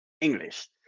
English